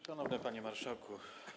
Szanowny Panie Marszałku!